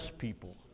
people